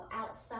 Outside